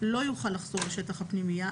לא יוכל לחזור לשטח הפנימייה,